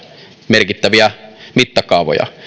merkittäviä mittakaavoja